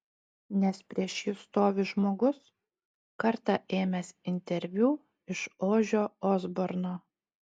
nes prieš jus stovi žmogus kartą ėmęs interviu iš ožio osborno